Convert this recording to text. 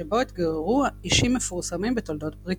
שבו התגוררו אישים מפורסמים בתולדות בריטניה.